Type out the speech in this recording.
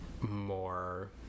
more